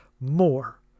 more